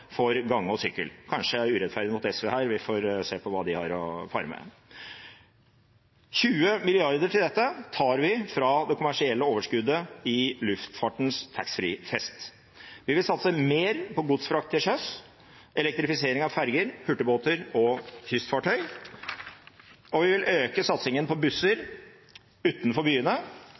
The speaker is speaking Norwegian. for gange og sykkel. Kanskje jeg er urettferdig mot SV her – vi får se på hva de har å fare med. 20 mrd. kr til dette tar vi fra det kommersielle overskuddet i luftfartens taxfreefest. Vi vil satse mer på godsfrakt til sjøs, elektrifisering av ferger, hurtigbåter og kystfartøy. Vi vil øke satsingen på